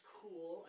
cool